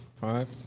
five